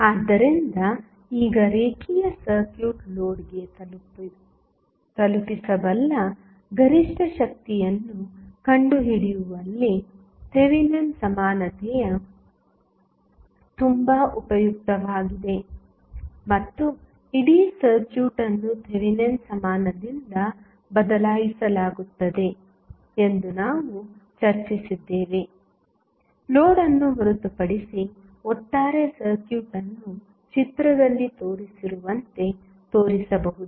ಆದ್ದರಿಂದ ಈಗ ಒಂದು ರೇಖೀಯ ಸರ್ಕ್ಯೂಟ್ ಲೋಡ್ಗೆ ತಲುಪಿಸಬಲ್ಲ ಗರಿಷ್ಠ ಶಕ್ತಿಯನ್ನು ಕಂಡುಹಿಡಿಯುವಲ್ಲಿ ಥೆವೆನಿನ್ ಸಮಾನತೆಯು ತುಂಬಾ ಉಪಯುಕ್ತವಾಗಿದೆ ಮತ್ತು ಇಡೀ ಸರ್ಕ್ಯೂಟ್ ಅನ್ನು ಥೆವೆನಿನ್ ಸಮಾನದಿಂದ ಬದಲಾಯಿಸಲಾಗುತ್ತದೆ ಎಂದು ನಾವು ಚರ್ಚಿಸಿದ್ದೇವೆ ಲೋಡ್ಅನ್ನು ಹೊರತುಪಡಿಸಿ ಒಟ್ಟಾರೆ ಸರ್ಕ್ಯೂಟ್ ಅನ್ನು ಚಿತ್ರದಲ್ಲಿ ತೋರಿಸಿರುವಂತೆ ತೋರಿಸಬಹುದು